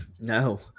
No